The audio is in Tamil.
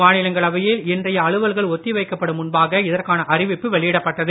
மாநிலங்களவையில் இன்றைய அலுவல்கள் ஒத்தி வைக்கப்படும் முன்பாக இதற்கான அறிவிப்பு வெளியிடப்பட்டது